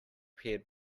prepared